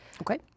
Okay